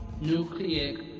nucleic